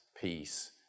peace